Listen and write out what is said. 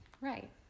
Right